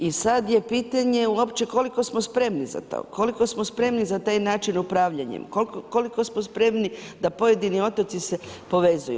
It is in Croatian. I sada je pitanje uopće koliko smo spremni za to, koliko smo spremni za taj način upravljanjem, koliko smo spremni da se pojedini otoci povezuju.